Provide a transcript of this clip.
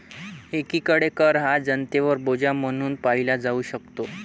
एकीकडे कर हा जनतेवर बोजा म्हणून पाहिला जाऊ शकतो